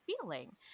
feeling